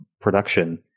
production